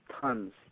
Tons